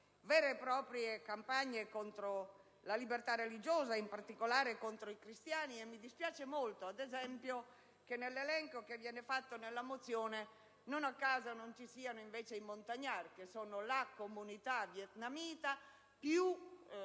vere e proprie campagne contro la libertà religiosa, in particolare contro i cristiani, e mi dispiace molto, ad esempio, che nell'elenco contenuto nella mozione non siano indicati i Montagnard, che sono la comunità vietnamita più